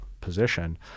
position